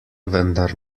vendar